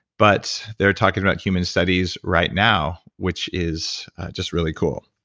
but they're talking about human studies right now, which is just really cool.